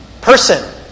person